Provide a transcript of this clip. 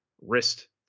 wrist